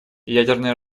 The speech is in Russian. ядерное